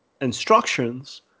Instructions